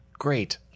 great